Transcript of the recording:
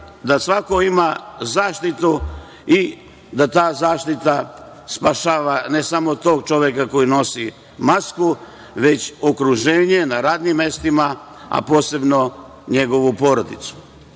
da svako ima zaštitu i da ta zaštita spašava ne samo tog čoveka koji nosi masku, već okruženje na radnim mestima, a posebno njegovu porodicu. Ja